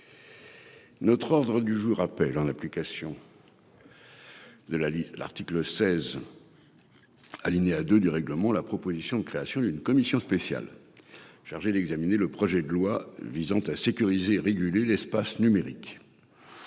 L'ordre du jour appelle, en application de l'article 16 , alinéa 2 du règlement, la proposition de création d'une commission spéciale chargée d'examiner le projet de loi visant à sécuriser et réguler l'espace numérique